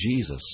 Jesus